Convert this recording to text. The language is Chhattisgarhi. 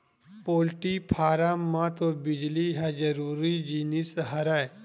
पोल्टी फारम म तो बिजली ह जरूरी जिनिस हरय